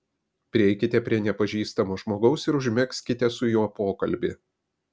prieikite prie nepažįstamo žmogaus ir užmegzkite su juo pokalbį